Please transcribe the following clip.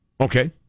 Okay